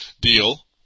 deal